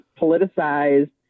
politicized